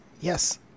Yes